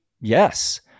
yes